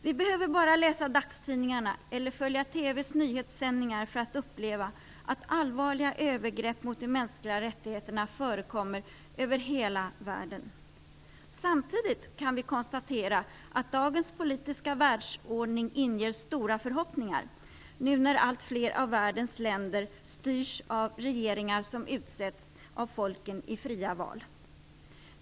Vi behöver bara läsa dagstidningarna eller följa TV:s nyhetssändningar för att uppleva att allvarliga övergrepp mot de mänskliga rättigheterna förekommer över hela världen. Samtidigt kan vi konstatera att dagens politiska världsordning inger stora förhoppningar, när nu allt fler av världens länder styrs av regeringar som utsetts av folken i fria val.